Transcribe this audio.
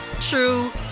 true